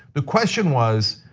the question was,